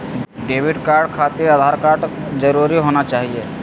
Debit card खातिर Aadhaar card जरूरी होना चाहिए?